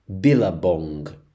billabong